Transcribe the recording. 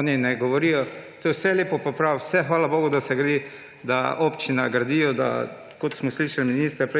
Oni ne govorijo – to je vse lepo in prav, vse, hvala bogu, da se gradi, da občine gradijo, kot smo slišali ministra